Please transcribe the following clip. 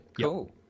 cool